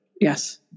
Yes